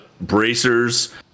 bracers